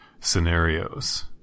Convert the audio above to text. scenarios